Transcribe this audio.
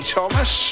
Thomas